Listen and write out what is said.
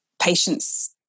patients